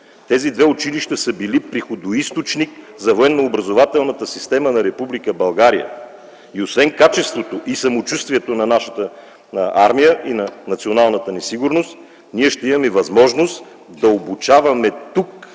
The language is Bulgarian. тези две училища са били приходоизточник за военнообразователната система на Република България. Освен качеството и самочувствието на нашата армия и на националната ни сигурност, ние ще имаме и възможност да обучаваме тук